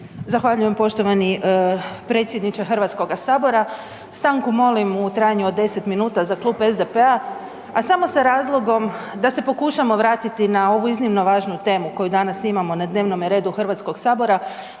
Zahvaljujem poštovani predsjedniče HS-a. Stanku molim u trajanju od 10 minuta za klub SDP-a, a samo sa razlogom da se pokušamo vratiti na ovu iznimno važnu temu koju danas imamo na dnevnom redu HS-a koja